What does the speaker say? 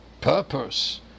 purpose